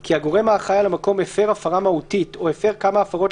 כי הגורם האחראי על המקום הפר הפרה מהותית או הפר כמה הפרות,